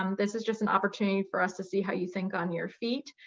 um this is just an opportunity for us to see how you think on your feet.